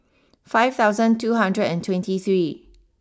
five thousand two hundred and twenty three